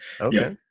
okay